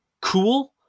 cool